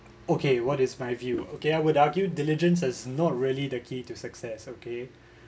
okay what is my view okay I would argue diligence is not really the key to success okay